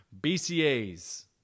BCAs